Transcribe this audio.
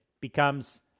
becomes